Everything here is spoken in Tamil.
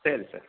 சரி சார்